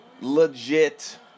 legit